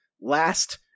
Last